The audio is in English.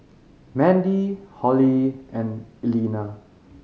Mandie Hollie and Elena